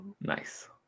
Nice